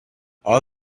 all